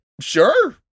Sure